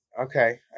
Okay